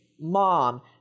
mom